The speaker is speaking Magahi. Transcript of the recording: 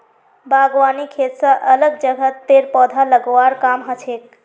बागवानी खेत स अलग जगहत पेड़ पौधा लगव्वार काम हछेक